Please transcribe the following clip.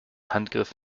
handgriff